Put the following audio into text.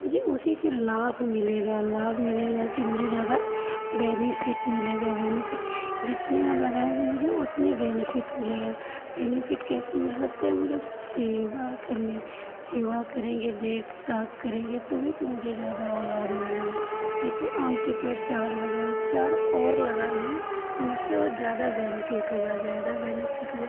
मुझे उसी से लाभ मिलेगा लाभ मिलेगा कि मुझे ज़्यादा बेनीफिट मिलेगा बेनीफिट जितने हम लगाएंगे मुझे उतने बेनीफिट मिलेगा बेनीफिट कैसे मिल सकता है मुझे उसका सेवा करने सेवा करेंगे देख दाख करेंगे तभी तो मुझे ज़्यादा और लाभ मिलेगा जैसे आम के पेड़ चार लगाएँ चार और लगा लिएँ तो उससे और ज़्यादा बेनीफिट होगा ज़्यादा बेनीफिट हुआ